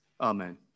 amen